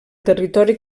territori